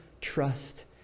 trust